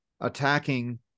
attacking